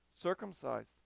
circumcised